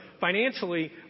financially